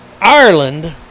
Ireland